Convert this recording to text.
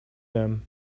them